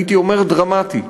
הייתי אומר, דרמטי.